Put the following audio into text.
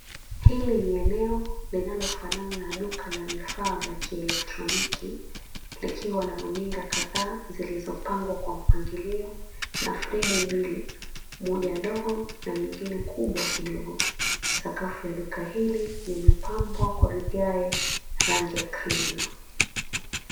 Hili ni eneo linalofanana na duka la vifaa vya electroniki likiwa na runinga kadhaa zilizo pangwa kwa mpangilio , na friji mbili moja ndogo na nyingine kubwa kidogo. Sakafu la duka hili limepambwa kwa vigae na rangi ya krimu.